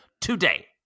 today